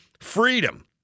freedom